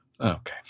Okay